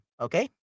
Okay